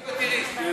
חכי ותראי.